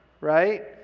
right